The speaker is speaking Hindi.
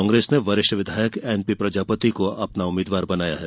कांग्रेस ने वरिष्ठ विधायक एनपीप्रजापति को उम्मीदवार बनाया है